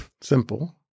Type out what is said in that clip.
simple